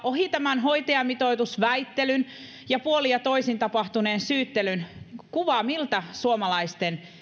ohi tämän hoitajamitoitusväittelyn ja puolin ja toisin tapahtuneen syyttelyn ehkä hahmotella kuvaa miltä suomalaisten